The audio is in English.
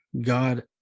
god